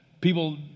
people